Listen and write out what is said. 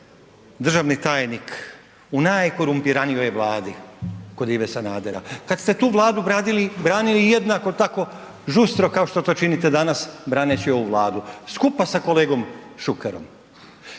državni tajnik u najkorumpiranijoj Vladi kod Ive Sanadera, kad ste tu Vladu branili jednako tako žustro kao što to činite danas braneći ovu Vladu skupa sa kolegom Šukerom,